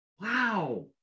Wow